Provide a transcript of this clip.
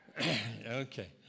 Okay